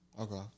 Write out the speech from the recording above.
Okay